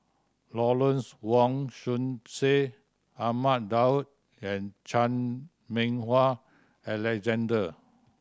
Lawrence Wong Shyun Tsai Ahmad Daud and Chan Meng Wah Alexander